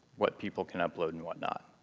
what people can upload and whatnot.